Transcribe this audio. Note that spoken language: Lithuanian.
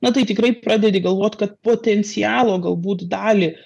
na tai tikrai pradedi galvot kad potencialo galbūt dalį